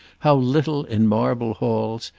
how little, in marble halls,